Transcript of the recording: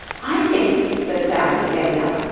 i think, said sally, getting up,